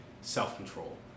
self-control